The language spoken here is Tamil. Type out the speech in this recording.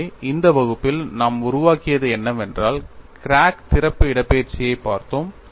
எனவே இந்த வகுப்பில் நாம் உருவாக்கியது என்னவென்றால் கிராக் திறப்பு இடப்பெயர்ச்சியைப் பார்த்தோம்